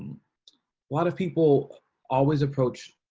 lot of people always approach,